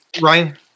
Ryan